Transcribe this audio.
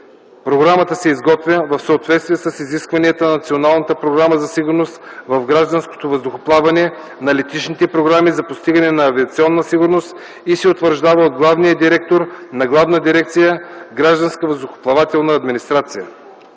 Програмата се изготвя в съответствие с изискванията на Националната програма за сигурност в гражданското въздухоплаване, на летищните програми за постигане на авиационна сигурност и се утвърждава от главния директор на Главна дирекция „Гражданска въздухоплавателна администрация”.”